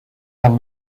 and